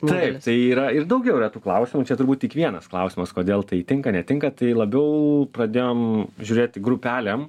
taip tai yra ir daugiau yra tų klausimų čia turbūt tik vienas klausimas kodėl tai tinka netinka tai labiau pradėjom žiūrėti grupelėm